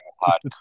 hot